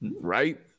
right